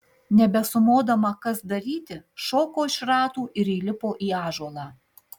nebesumodama kas daryti šoko iš ratų ir įlipo į ąžuolą